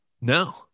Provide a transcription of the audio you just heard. No